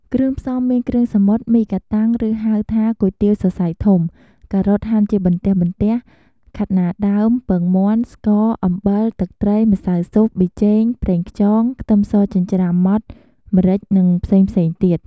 គ្រឿងផ្សំមាន គ្រឿងសមុទ្រ មីកាតាំង ឬហៅថាគុយទាវសសៃធំ ការ៉ុតហាន់ជាបន្ទះៗ ខាត់ណាដើម ពងមាន់ ស្ករ អំបិល ទឹកត្រី ម្សៅស៊ុប ប៊ីចេង ប្រេងខ្យង ខ្ទឹមសចិញ្ច្រាំម៉ដ្ឋ ម្រេចនិងផ្សេងៗទៀត។